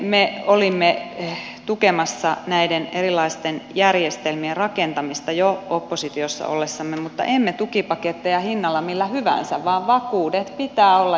me olimme tukemassa näiden erilaisten järjestelmien rakentamista jo oppositiossa ollessamme mutta emme tukipaketteja hinnalla millä hyvänsä vaan vakuudet pitää olla järjestettyinä